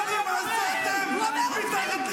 אתה לא יכול בכנסת